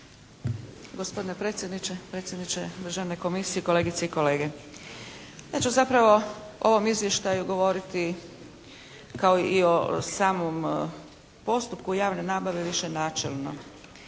Gospodine predsjedniče, predsjedniče državne komisije, kolegice i kolege. Ja ću zapravo u ovom izvještaju govoriti kao i o samom postupku javne nabave više načelno.